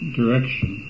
direction